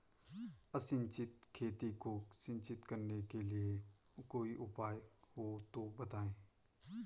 असिंचित खेती को सिंचित करने के लिए कोई उपाय हो तो बताएं?